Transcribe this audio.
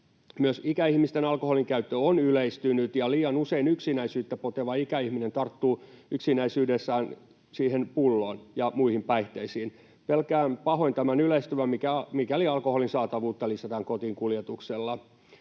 Myös ikäihmisten alkoholinkäyttö on yleistynyt, ja liian usein yksinäisyyttä poteva ikäihminen tarttuu yksinäisyydessään siihen pulloon ja muihin päihteisiin. Pelkään pahoin tämän yleistyvän, mikäli alkoholin saatavuutta lisätään kotiinkuljetuksella.